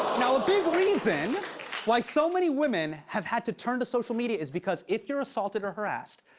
now, a big reason why so many women have had to turn to social media is because if you're assaulted or harassed,